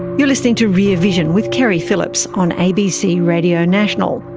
you're listening to rear vision with keri phillips on abc radio national,